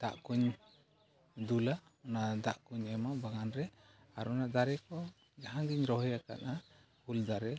ᱫᱟᱜ ᱠᱚᱧ ᱫᱩᱞᱟ ᱚᱱᱟ ᱫᱟᱜ ᱠᱚᱧ ᱮᱢᱟ ᱵᱟᱜᱟᱱ ᱨᱮ ᱟᱨ ᱚᱱᱟ ᱫᱟᱨᱮ ᱠᱚ ᱡᱟᱦᱟᱸ ᱜᱤᱧ ᱨᱚᱦᱚᱭ ᱟᱠᱟᱫᱼᱟ ᱩᱞ ᱫᱟᱨᱮ